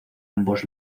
ambos